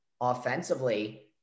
offensively